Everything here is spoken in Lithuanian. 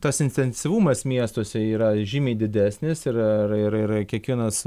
tas intensyvumas miestuose yra žymiai didesnis ir ir ir yra kiekvienas